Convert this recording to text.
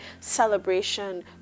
celebration